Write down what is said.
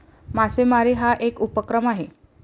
मासेमारी हा एक उपक्रम आहे